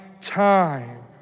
time